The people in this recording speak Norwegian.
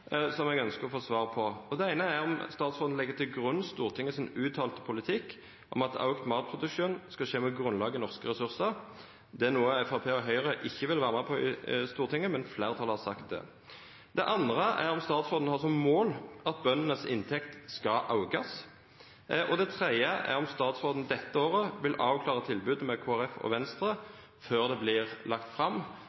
som jeg ønsker å få svar på. Det ene er om statsråden legger til grunn Stortingets uttalte politikk om at økt matproduksjon skal skje med grunnlag i norske ressurser. Det er noe Fremskrittspartiet og Høyre ikke vil være med på i Stortinget, men flertallet har sagt det. Det andre er om statsråden har som mål at bøndenes inntekt skal økes. Det tredje er om statsråden dette året vil avklare tilbudet med Kristelig Folkeparti og Venstre før det blir lagt fram,